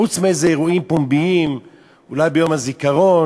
חוץ מאיזה אירועים פומביים, אולי ביום הזיכרון,